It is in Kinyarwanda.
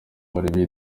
bari